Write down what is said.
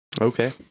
Okay